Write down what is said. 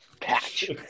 patch